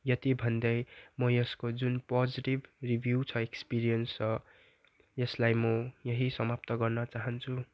यति भन्दै म यसको जुन पजिटिभ रिभ्यू छ एक्सपिरियन्स छ यसलाई म यहीँ समाप्त गर्न चाहन्छु